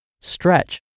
stretch